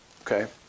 okay